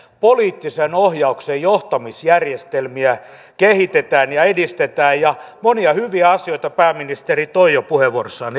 poliittisen ohjauksen johtamisjärjestelmiä kehitetään ja edistetään ja monia hyviä asioita pääministeri jo toi puheenvuorossaan